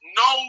no